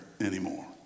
anymore